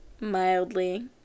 mildly